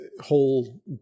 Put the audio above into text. whole